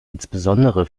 insbesondere